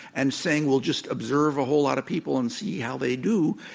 and saying, we'll just observe a whole lot of people and see how they do,